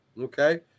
Okay